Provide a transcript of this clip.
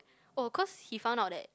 oh because he found out that